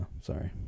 sorry